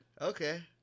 Okay